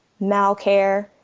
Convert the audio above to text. malcare